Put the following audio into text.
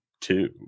two